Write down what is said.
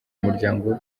umuryango